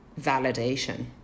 validation